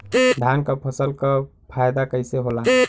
धान क फसल क फायदा कईसे होला?